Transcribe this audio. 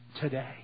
today